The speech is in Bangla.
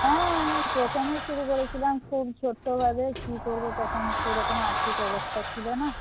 হ্যাঁ প্রথমে শুরু করেছিলাম খুব ছোট্টভাবে কি করবো তখন সেরকম আর্থিক অবস্থা ছিল না